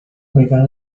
juega